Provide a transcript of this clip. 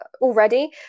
already